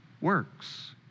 works